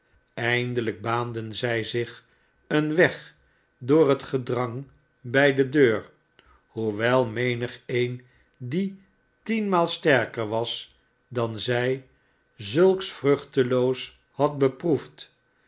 eindehjk baanden zij zich een weg door het gedrang bij de deur hoewel memgeen die tienmaal ser was da zij zulks vruchteloos had beproefd